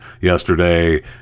yesterday